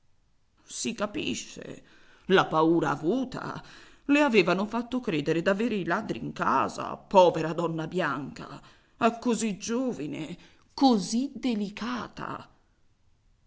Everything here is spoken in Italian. si capisce la paura avuta le avevano fatto credere d'avere i ladri in casa povera donna bianca è così giovine così delicata